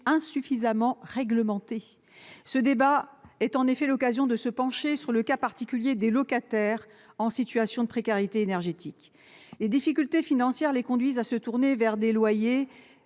insuffisamment réglementé. Ce débat est donc l'occasion de se pencher sur le cas particulier des locataires en situation de précarité énergétique. Les difficultés financières conduisent ces personnes à se tourner vers les loyers